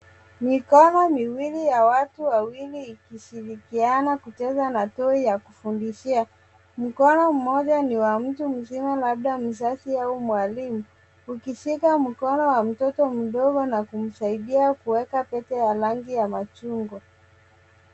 Mikono miwili ya watu wawili ikishirikiana kucheza na toi ya kufundishia. Mkono mmoja ni wa mtu mzima labda mzazi au mwalimu, ukishika mkono wa mtoto mdogo na kumsaidia kuweka pete ya rangi ya machungwa.